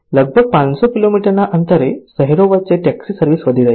લગભગ 500 કિલોમીટરના અંતરે શહેરો વચ્ચે ટેક્સી સર્વિસ વધી રહી છે